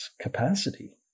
capacity